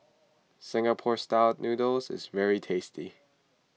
Singapore Style Noodles is very tasty